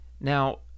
Now